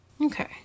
Okay